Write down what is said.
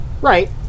Right